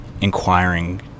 inquiring